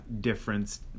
difference